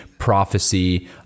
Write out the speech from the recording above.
prophecy